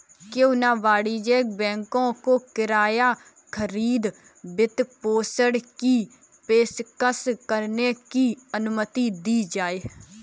क्यों न वाणिज्यिक बैंकों को किराया खरीद वित्तपोषण की पेशकश करने की अनुमति दी जाए